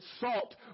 salt